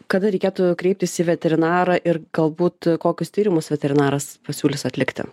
kada reikėtų kreiptis į veterinarą ir galbūt kokius tyrimus veterinaras pasiūlys atlikti